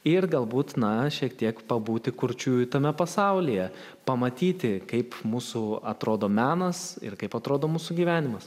ir galbūt na šiek tiek pabūti kurčiųjų tame pasaulyje pamatyti kaip mūsų atrodo menas ir kaip atrodo mūsų gyvenimas